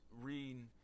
read